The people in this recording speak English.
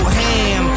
ham